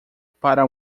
para